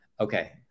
Okay